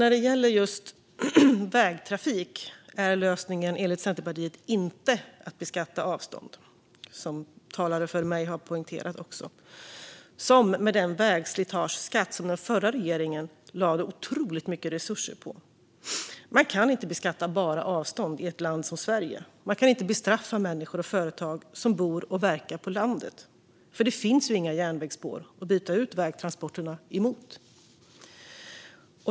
När det gäller just vägtrafik är lösningen enligt Centerpartiet inte att beskatta avstånd, vilket talare före mig har poängterat, så som skedde med den vägslitageskatt som den förra regeringen lade otroligt mycket resurser på. Man kan inte beskatta enbart avstånd i ett land som Sverige. Man kan inte bestraffa människor och företag som bor och verkar på landet, för det finns inga järnvägsspår att byta ut vägtransporterna mot.